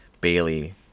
Bailey